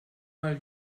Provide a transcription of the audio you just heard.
mal